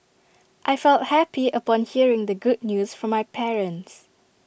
I felt happy upon hearing the good news from my parents